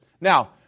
Now